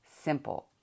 simple